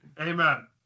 Amen